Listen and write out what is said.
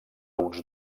uns